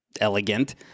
elegant